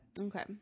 Okay